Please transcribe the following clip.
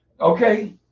Okay